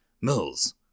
Mills